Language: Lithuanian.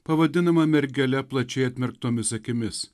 pavadinama mergele plačiai atmerktomis akimis